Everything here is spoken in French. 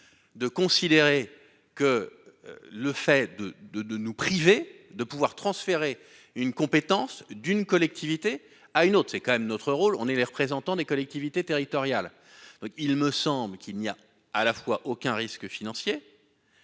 De considérer que le fait de de de nous priver de pouvoir transférer une compétence d'une collectivité à une autre, c'est quand même notre rôle, on est les représentants des collectivités territoriales. Il me semble qu'il n'y a à la fois aucun risque financier.